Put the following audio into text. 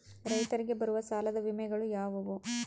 ರೈತರಿಗೆ ಬರುವ ಸಾಲದ ವಿಮೆಗಳು ಯಾವುವು?